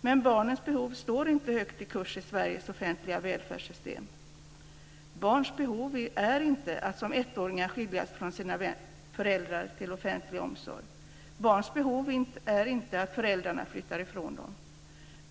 Barnens behov står inte högt i kurs i Sveriges offentliga välfärdssystem. Barns behov är inte att som ettåringar skiljas från sina föräldrar och vara i offentlig omsorg. Barns behov är inte att föräldrarna flyttar ifrån dem.